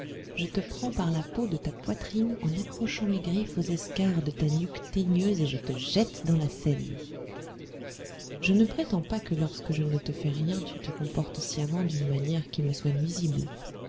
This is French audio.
je te prends par la peau de ta poitrine en accrochant mes griffes aux escarres de ta nuque teigneuse et je te jette dans la seine je ne prétends pas que lorsque je ne te fais rien tu te comportes sciemment d'une manière qui me soit nuisible